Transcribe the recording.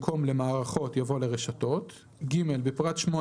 במקום "למערכות" יבוא "לרשתות"; (ג)בפרט (8),